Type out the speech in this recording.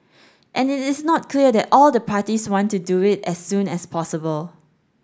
and it is not clear that all the parties want to do it as soon as possible